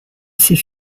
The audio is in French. ses